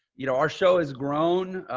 you know, our show has grown,